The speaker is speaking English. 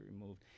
removed